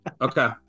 Okay